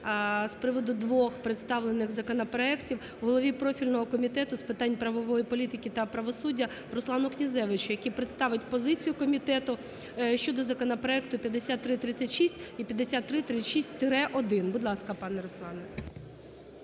з приводу двох представлених законопроектів голові профільного Комітету з питань правової політики та правосуддя Руслану Князевичу, який представить позицію комітету щодо законопроекту 5336 і 5336-1. Будь ласка, пане Руслане.